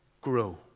grow